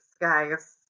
guys